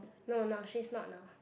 no not she's not now